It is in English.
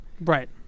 Right